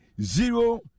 Zero